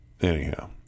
anyhow